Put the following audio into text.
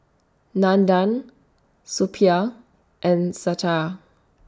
Nandan Suppiah and Satya